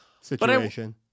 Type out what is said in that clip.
situation